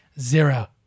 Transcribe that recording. Zero